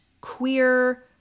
queer